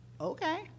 Okay